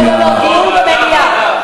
לא לא, דיון במליאה.